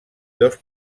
dos